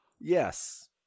Yes